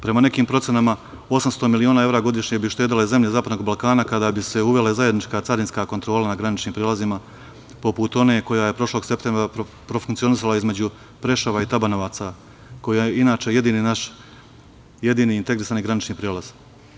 Prema nekim procenama 800 miliona eva godišnje bi uštedele zemlje zapadnog Balkana kada bi se uvele zajednička carinska kontrola na graničnim prelazima poput one koja je prošlog septembra profunkcionisala između Preševa i Tabanovaca koja je inače jedini naš, jedini integrisani granični prelaz.